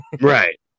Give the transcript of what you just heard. Right